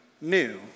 new